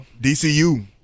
DCU